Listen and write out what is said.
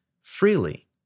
freely